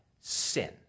sin